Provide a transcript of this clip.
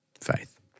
faith